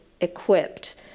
equipped